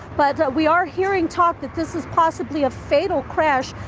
but we are hearing talk that this is possibly a fatal crash.